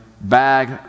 bag